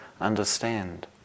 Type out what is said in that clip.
understand